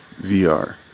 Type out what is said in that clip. VR